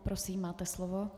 Prosím, máte slovo.